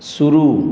शुरू